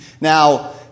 Now